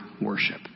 worship